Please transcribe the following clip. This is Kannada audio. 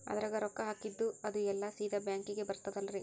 ಅದ್ರಗ ರೊಕ್ಕ ಹಾಕಿದ್ದು ಅದು ಎಲ್ಲಾ ಸೀದಾ ಬ್ಯಾಂಕಿಗಿ ಬರ್ತದಲ್ರಿ?